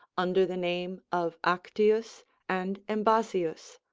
under the name of actius and embasius,